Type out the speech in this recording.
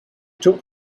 took